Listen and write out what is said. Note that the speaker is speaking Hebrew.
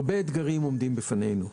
הרבה אתגרים עומדים בפנינו,